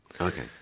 Okay